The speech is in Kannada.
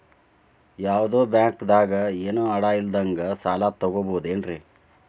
ಯಾವ್ದೋ ಬ್ಯಾಂಕ್ ದಾಗ ಏನು ಅಡ ಇಲ್ಲದಂಗ ಸಾಲ ತಗೋಬಹುದೇನ್ರಿ?